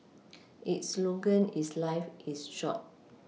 its slogan is life is short